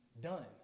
done